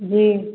जी